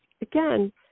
Again